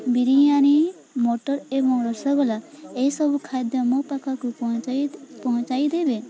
biryani mutton ଏବଂ ରସଗୋଲା ଏସବୁ ଖାଦ୍ୟ ମୋ ପାଖାକୁ ପହଞ୍ଚ ପହଞ୍ଚାଇ ଦେବେ